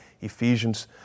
Ephesians